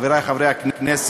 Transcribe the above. חברי חברי הכנסת,